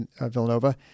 Villanova